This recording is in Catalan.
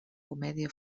comèdia